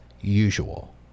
usual